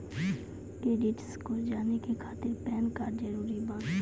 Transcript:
Credit score जाने के खातिर पैन कार्ड जरूरी बानी?